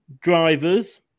drivers